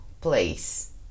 place